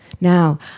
Now